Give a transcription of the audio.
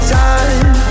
time